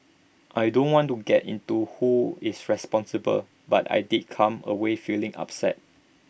I don't want to get into who is responsible but I did come away feeling upset